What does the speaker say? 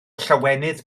llawenydd